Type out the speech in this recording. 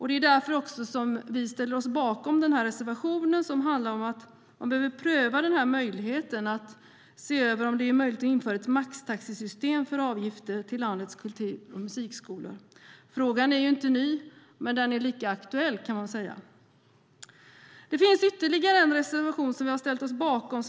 Det är därför som vi i ställer oss bakom reservationen som handlar om att man behöver pröva möjligheten att se över om det är möjligt att införa ett maxtaxesystem för avgifter till landets kultur och musikskolor. Frågan är ju inte ny, men den är fortfarande lika aktuell. Det finns ytterligare en reservation som vi har ställt oss bakom.